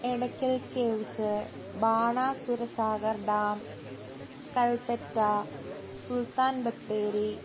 Edakkal caves Banasura Sagar dam Kalpetta Sultan Bathery